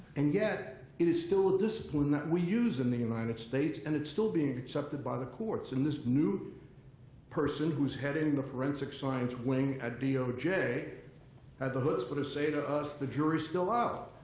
and yet, it is still a discipline that we use in the united states. and it's still being accepted by the courts. and this new person who's heading the forensic science wing at doj had the chutzpah to say to us, the jury's still out.